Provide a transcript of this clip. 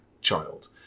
child